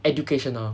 educational